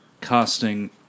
casting